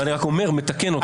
אני רק מתקן אותך,